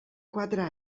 quatre